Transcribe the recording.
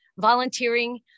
volunteering